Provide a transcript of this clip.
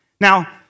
Now